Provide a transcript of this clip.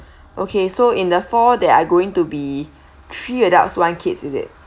okay so in the four there are going to be three adults one kids it is